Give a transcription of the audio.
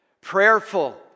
Prayerful